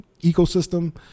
ecosystem